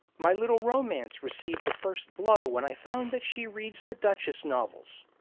my little romance received the first blow when i found that she reads the duchess novels.